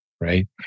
Right